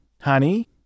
Honey